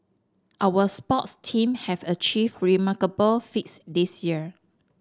our sports team have achieved remarkable feats this year